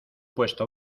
puesto